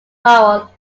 morale